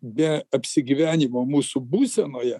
be apsigyvenimo mūsų būsenoje